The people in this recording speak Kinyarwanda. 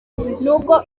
nubwo